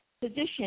position